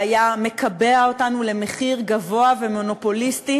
שהיה מקבע אותנו למחיר גבוה ומונופוליסטי